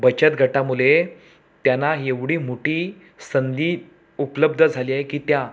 बचत गटामुळे त्यांना एवढी मोठी संधी उपलब्ध झाली आहे की त्या